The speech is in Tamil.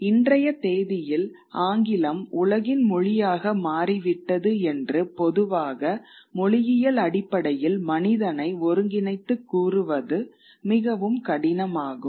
இன்றைய தேதியில் ஆங்கிலம் உலகின் மொழியாக மாறிவிட்டது என்று பொதுவாக மொழியியல் அடிப்படையில் மனிதனை ஒருங்கிணைத்துக் கூறுவது மிகவும் கடினமாகும்